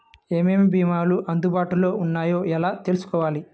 ఏమేమి భీమాలు అందుబాటులో వున్నాయో ఎలా తెలుసుకోవాలి?